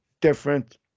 different